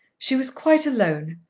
she was quite alone,